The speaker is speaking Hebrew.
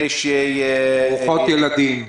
אלה --- ילדים.